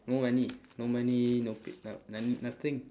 no money no money no no~ no~ nothing